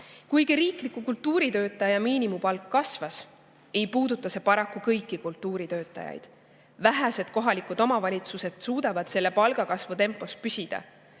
Kuigi riikliku kultuuritöötaja miinimumpalk kasvas, ei puuduta see paraku kõiki kultuuritöötajaid. Vähesed kohalikud omavalitsused suudavad palgakasvu tempos püsida.